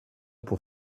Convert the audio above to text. pour